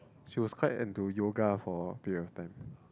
she was quite into yoga for a period of time